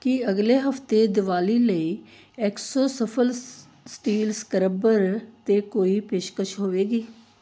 ਕੀ ਅਗਲੇ ਹਫਤੇ ਦੀਵਾਲੀ ਲਈ ਐਕਸੋ ਸਫਲ ਸਟੀਲ ਸਕ੍ਰਬਰ 'ਤੇ ਕੋਈ ਪੇਸ਼ਕਸ਼ ਹੋਵੇਗੀ